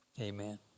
amen